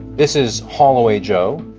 this is haul away joe,